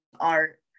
art